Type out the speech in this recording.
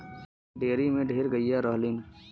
dairy में ढेर गइया रहलीन